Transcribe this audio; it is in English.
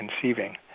conceiving